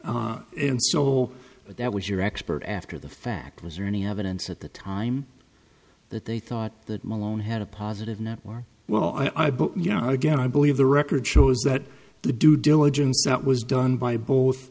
but that was your expert after the fact was there any evidence at the time that they thought that malone had a positive network well i i but you know again i believe the record shows that the due diligence that was done by both